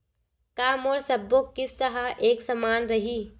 का मोर सबो किस्त ह एक समान रहि?